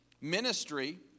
ministry